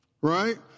right